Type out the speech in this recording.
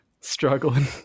Struggling